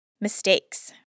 Mistakes